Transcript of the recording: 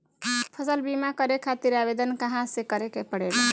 फसल बीमा करे खातिर आवेदन कहाँसे करे के पड़ेला?